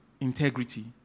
integrity